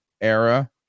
era